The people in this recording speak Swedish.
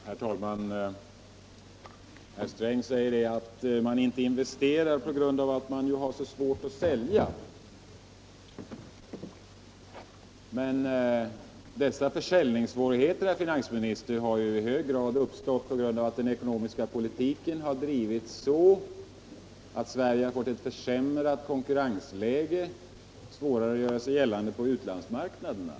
Herr talman! Herr Sträng säger att företagen inte investerar därför att de har svårt att sälja. Men försäljningssvårigheterna har ju i hög grad uppstått genom att den ekonomiska politiken drivits så att Sverige har fått ett försämrat konkurrensläge och svårare att göra sig gällande på utlandsmarknaderna.